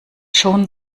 schon